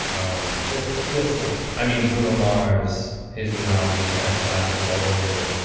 um list list some i mean, bruno mars his new album has blap kits all over it.